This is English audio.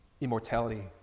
Immortality